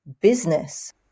business